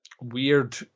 weird